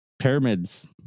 pyramids